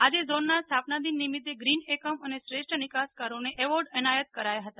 આજે ઝોનના સ્થાપના દિન નિમિતે ગ્રીન એકમ અને શ્રેષ્ઠ નિકાસકારોને એવોર્ડ એનાયત કરાયા હતા